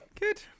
Good